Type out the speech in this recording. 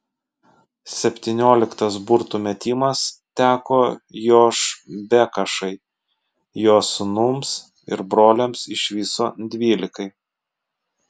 septynioliktas burtų metimas teko jošbekašai jo sūnums ir broliams iš viso dvylikai